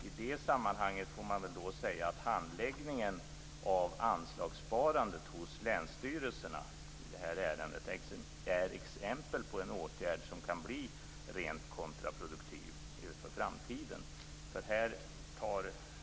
I det sammanhanget får väl sägas att handläggningen av anslagssparandet hos länsstyrelserna i det här ärendet är ett exempel på en åtgärd som kan bli rent kontraproduktiv inför framtiden.